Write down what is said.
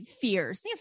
fears